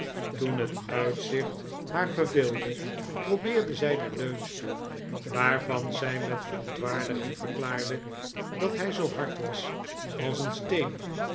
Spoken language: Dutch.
toen het uitzicht haar verveelde probeerde zij den leunstoel waarvan zij met verontwaardiging verklaarde dat hij zoo hard was als een steen